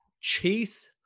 Chase